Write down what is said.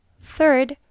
third